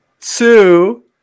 two